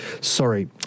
Sorry